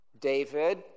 David